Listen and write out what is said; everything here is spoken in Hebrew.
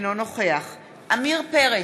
אינו נוכח עמיר פרץ,